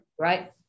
right